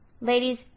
Ladies